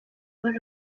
bol